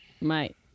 mate